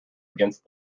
against